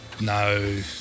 no